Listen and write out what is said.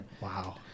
Wow